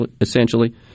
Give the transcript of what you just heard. essentially